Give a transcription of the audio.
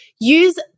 Use